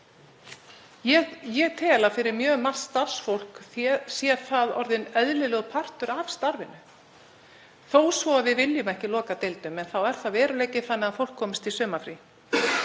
Ég tel að fyrir mjög margt starfsfólk sé það orðinn eðlilegur partur af starfinu. Þó svo að við viljum ekki loka deildum þá er það veruleiki þannig að fólk komist í sumarfrí.